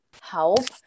help